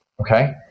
okay